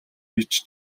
хийж